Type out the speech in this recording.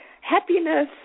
happiness